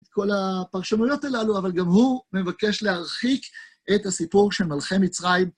את כל הפרשנויות הללו, אבל גם הוא מבקש להרחיק את הסיפור של מלכי מצרים.